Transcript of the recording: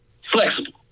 flexible